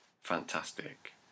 fantastic